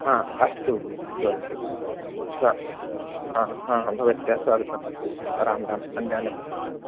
अस्तु अस्तु अस्तु भवत्याः स्वागतम् अस्तु रां राम् अन्यान् अपि सूचयतु